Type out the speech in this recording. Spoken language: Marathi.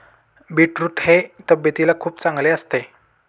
बीटरूट हे तब्येतीला खूप चांगले असते